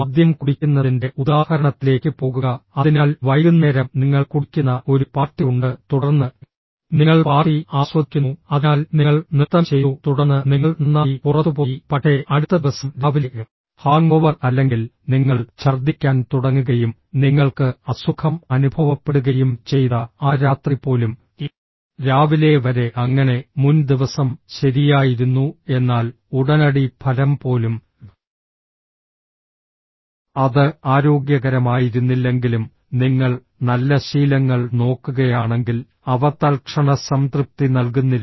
മദ്യം കുടിക്കുന്നതിന്റെ ഉദാഹരണത്തിലേക്ക് പോകുക അതിനാൽ വൈകുന്നേരം നിങ്ങൾ കുടിക്കുന്ന ഒരു പാർട്ടി ഉണ്ട് തുടർന്ന് നിങ്ങൾ പാർട്ടി ആസ്വദിക്കുന്നു അതിനാൽ നിങ്ങൾ നൃത്തം ചെയ്തു തുടർന്ന് നിങ്ങൾ നന്നായി പുറത്തുപോയി പക്ഷേ അടുത്ത ദിവസം രാവിലെ ഹാങ്ഓവർ അല്ലെങ്കിൽ നിങ്ങൾ ഛർദ്ദിക്കാൻ തുടങ്ങുകയും നിങ്ങൾക്ക് അസുഖം അനുഭവപ്പെടുകയും ചെയ്ത ആ രാത്രി പോലും രാവിലെ വരെ അങ്ങനെ മുൻ ദിവസം ശരിയായിരുന്നു എന്നാൽ ഉടനടി ഫലം പോലും അത് ആരോഗ്യകരമായിരുന്നില്ലെങ്കിലും നിങ്ങൾ നല്ല ശീലങ്ങൾ നോക്കുകയാണെങ്കിൽ അവ തൽക്ഷണ സംതൃപ്തി നൽകുന്നില്ല